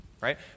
Right